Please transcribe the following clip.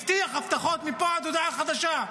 הבטיח הבטחות מפה ועד הודעה חדשה.